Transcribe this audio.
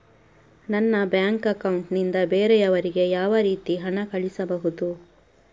ನನ್ನ bank account ನಿಂದ ಬೇರೆಯವರಿಗೆ ಯಾವ ರೀತಿ ಹಣ ಕಳಿಸಬಹುದು?